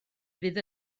fydd